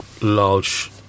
large